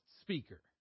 speaker